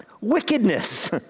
Wickedness